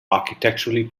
architecturally